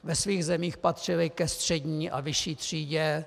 Ve svých zemích patřili ke střední a vyšší třídě.